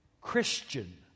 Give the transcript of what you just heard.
Christian